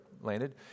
landed